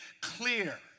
clear